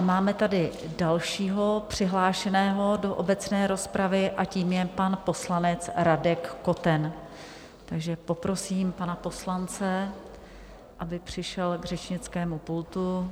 Máme tady dalšího přihlášeného do obecné rozpravy a tím je pan poslanec Radek Koten, takže poprosím pana poslance, aby přišel k řečnickému pultu.